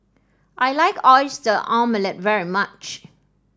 I like Oyster Omelette very much